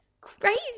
Crazy